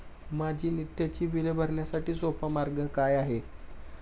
माझी नित्याची बिले भरण्यासाठी सोपा मार्ग काय आहे?